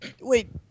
Wait